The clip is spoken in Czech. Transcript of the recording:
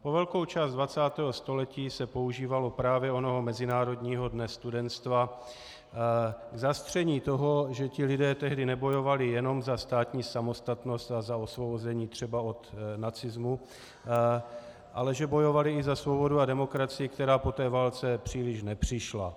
Po velkou část 20. století se používalo právě onoho Mezinárodního dne studentstva k zastření toho, že ti lidé tehdy nebojovali jenom za státní samostatnost a za osvobození třeba od nacismu, ale že bojovali i za svobodu a demokracii, která po té válce příliš nepřišla.